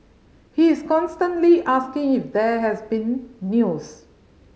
he is constantly asking if there has been news